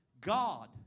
God